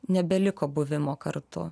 ne beliko buvimo kartu